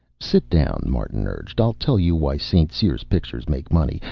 sit down, martin urged. i'll tell you why. st. cyr's pictures make money,